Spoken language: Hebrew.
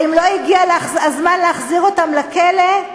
האם לא הגיע הזמן להחזיר אותם לכלא?